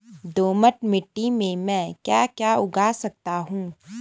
दोमट मिट्टी में म ैं क्या क्या उगा सकता हूँ?